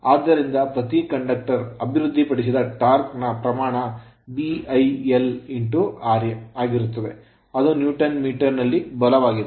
ಆದ್ದರಿಂದ ಪ್ರತಿ conductor ವಾಹಕವು ಅಭಿವೃದ್ಧಿಪಡಿಸಿದ torque ಟಾರ್ಕ್ ನ ಪ್ರಮಾಣವು ra ಆಗಿರುತ್ತದೆ ಇದು Newton Meter ನಲ್ಲಿ ಬಲವಾಗಿದೆ